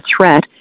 threat